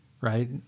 right